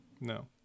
No